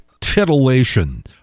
titillation